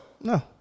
No